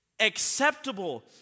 acceptable